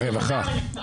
והיום מה